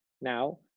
Now